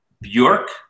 Bjork